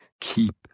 keep